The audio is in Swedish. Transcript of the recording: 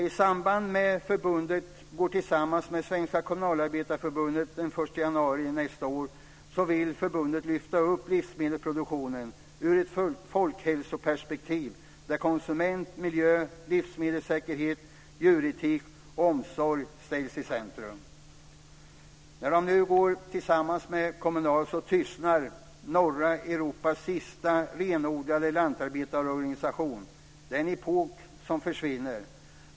I samband med att förbundet går samman med Svenska Kommunalarbetareförbundet den 1 januari nästa år vill förbundet lyfta upp livsmedelsproduktionen ur ett folkhälsoperspektiv där konsument, miljö, livsmedelssäkerhet, djuretik och omsorg sätts i centrum. När de nu går samman med Kommunal tystnar norra Europas sista renodlade lantarbetarorganisation. Det är en epok som försvinner.